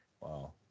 Wow